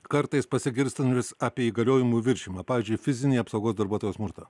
kartais pasigirstančiomis apie įgaliojimų viršijimą pavyzdžiui fizinį apsaugos darbuotojo smurtą